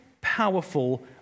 powerful